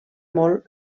molt